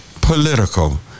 political